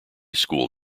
school